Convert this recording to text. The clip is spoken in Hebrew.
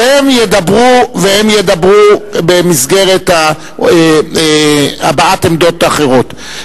והם ידברו במסגרת הבעת עמדות אחרות.